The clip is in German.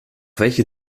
welche